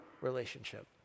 relationship